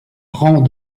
prend